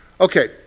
Okay